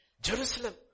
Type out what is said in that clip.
Jerusalem